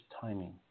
timing